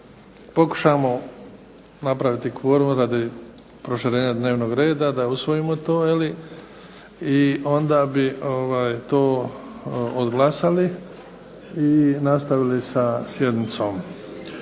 pokušamo napraviti kvorum radi proširenja dnevnog reda, da usvojimo to, i onda bi to odglasali i nastavili sa sjednicom.